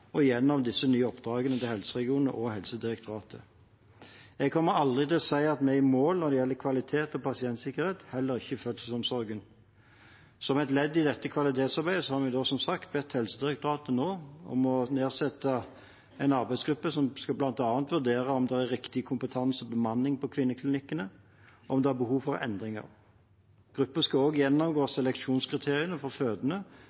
og gjennom de nye oppdragene til helseregionene og Helsedirektoratet. Jeg kommer aldri til å si at vi er i mål når det gjelder kvalitet og pasientsikkerhet, heller ikke i fødselsomsorgen. Som et ledd i dette kvalitetsarbeidet har vi, som sagt, bedt Helsedirektoratet nedsette en arbeidsgruppe som bl.a. skal vurdere om det er riktig kompetanse og bemanning på kvinneklinikkene, og om det er behov for endringer. Gruppen skal også gjennomgå seleksjonskriteriene for fødende,